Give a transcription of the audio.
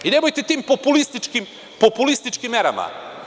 Nemojte tim populističkim merama.